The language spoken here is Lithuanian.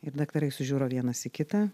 ir daktarai sužiuro vienas į kitą